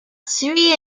three